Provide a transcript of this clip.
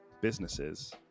businesses